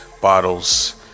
bottles